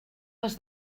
les